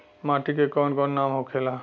माटी के कौन कौन नाम होखेला?